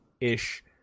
ish